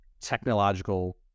technological